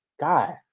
God